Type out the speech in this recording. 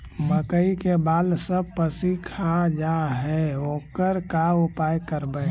मकइ के बाल सब पशी खा जा है ओकर का उपाय करबै?